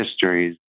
histories